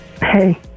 Hey